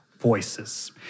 voices